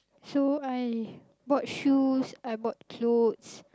so I bought shoes I bought clothes